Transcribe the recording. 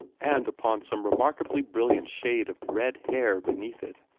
and upon some remarkably brilliant shade of red hair beneath it.